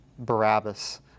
Barabbas